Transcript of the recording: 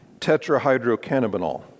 tetrahydrocannabinol